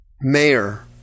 Mayor